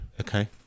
Okay